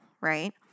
right